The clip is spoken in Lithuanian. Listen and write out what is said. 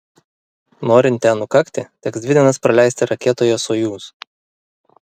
norint ten nukakti teks dvi dienas praleisti raketoje sojuz